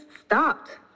stopped